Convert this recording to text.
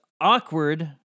awkward